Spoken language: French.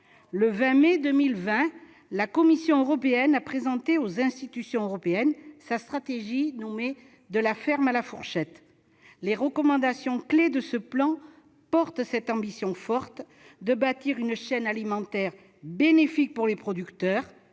Le 20 mai 2020, la Commission européenne a présenté aux institutions européennes sa stratégie « De la ferme à la fourchette ». Les recommandations clés de ce plan portent cette ambition forte de bâtir une « chaîne alimentaire bénéfique pour les producteurs,